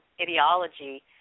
ideology